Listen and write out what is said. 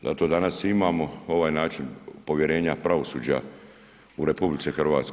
Zato danas imamo ovaj način povjerenja pravosuđa u RH.